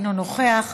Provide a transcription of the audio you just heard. אינו נוכח,